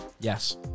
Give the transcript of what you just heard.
Yes